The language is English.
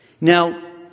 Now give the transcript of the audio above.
Now